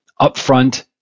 upfront